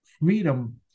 freedom